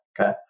okay